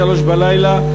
שלוש בלילה.